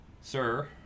sir